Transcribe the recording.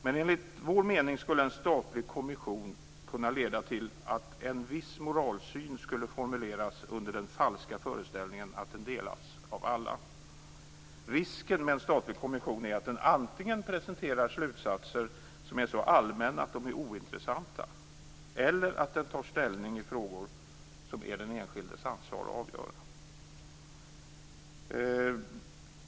Men enligt vår mening skulle en statlig kommission kunna leda till att en viss moralsyn skulle formuleras under den falska föreställningen att den delas av alla. Risken med en statlig kommission är att den antingen presenterar slutsatser som är så allmänna att de är ointressanta eller att den tar ställning i frågor som det är den enskildes ansvar att avgöra.